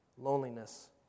loneliness